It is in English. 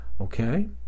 Okay